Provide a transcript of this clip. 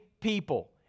people